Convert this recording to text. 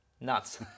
Nuts